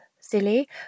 silly